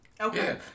Okay